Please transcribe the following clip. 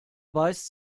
beißt